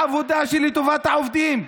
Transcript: העבודה, שהיא לטובת העובדים,